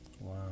Wow